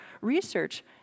research